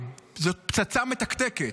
זאת פצצה מתקתקת.